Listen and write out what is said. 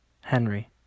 Henry